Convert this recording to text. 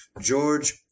George